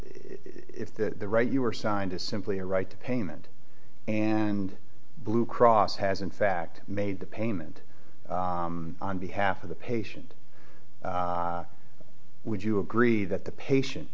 f the right you were signed is simply a right to payment and blue cross has in fact made the payment on behalf of the patient would you agree that the patient